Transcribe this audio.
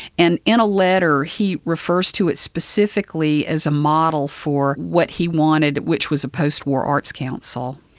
and in a letter he refers to it specifically as a model for what he wanted, which was a post-war arts council.